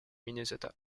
minnesota